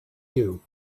you